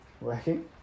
working